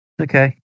Okay